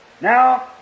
Now